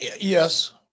Yes